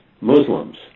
Muslims